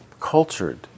cultured